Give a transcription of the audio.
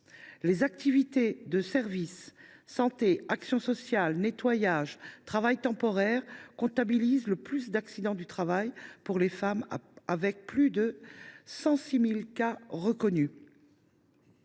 Les activités de service – santé, action sociale, nettoyage, travail temporaire – comptabilisent le plus d’accidents du travail pour les femmes : on recense ainsi plus de 106 000 cas reconnus.